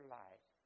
life